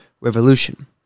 revolution